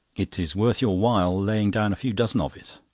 it is worth your while laying down a few dozen of it.